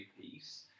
piece